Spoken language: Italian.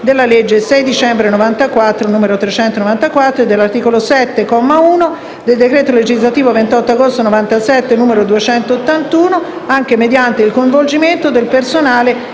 della legge 6 dicembre 1994, n. 394, e dell'articolo 7, comma 1, del decreto legislativo 28 agosto 1997, n. 281, anche mediante il coinvolgimento del personale